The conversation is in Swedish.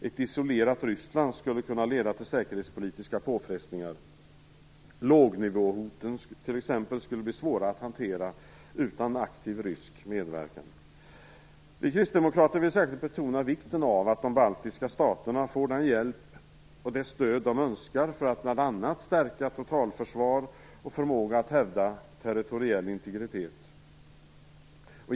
Ett isolerat Ryssland skulle kunna leda till säkerhetspolitiska påfrestningar. Lågnivåhoten skulle t.ex. bli svåra att hantera utan aktiv rysk medverkan. Vi kristdemokrater vill särskilt betona vikten av att de baltiska staterna får den hjälp och det stöd de önskar för att bl.a. stärka totalförsvar och förmåga att hävda territoriell integritet.